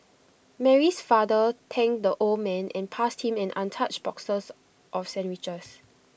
Mary's father thanked the old man and passed him an untouched boxes of sandwiches